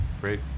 Great